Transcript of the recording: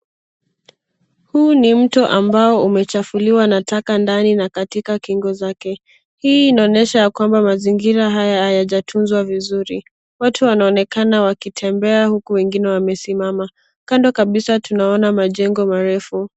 Huu ni mto ambao umechafuliwa na taka ndani na katika kingo zake. Hii inaonyesha kwamba mazingira haya hayajatunzwa vizuri. Watu wanaonekana wakitembea huku wengine wamesimama. Kando kabisa tunaona majengo marefu.